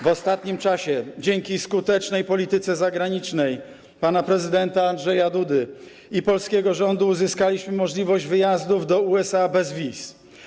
W ostatnim czasie dzięki skutecznej polityce zagranicznej pana prezydenta Andrzeja Dudy i polskiego rządu uzyskaliśmy możliwość wyjazdów do USA bez wiz.